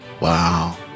Wow